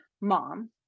mom